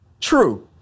True